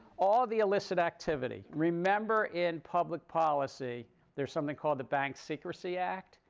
all the illicit activity. remember in public policy there's something called the bank secrecy act.